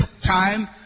time